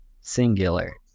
Singular